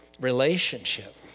relationship